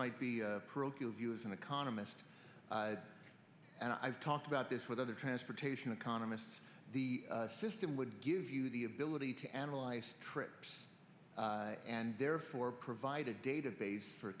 might be parochial view as an economist and i've talked about this with other transportation economists the system would give you the ability to analyze trips and therefore provide a database for